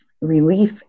relief